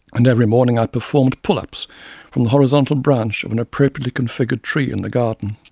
and every morning i perform pull-ups from the horizontal branch of an appropriately configured tree in the garden.